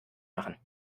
machen